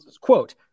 quote